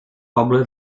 poble